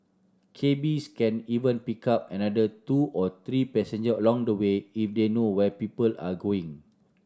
cabbies can even pick up another two to three passengers along the way if they know where people are going